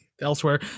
elsewhere